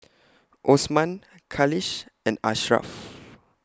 Osman Khalish and Ashraff